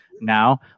now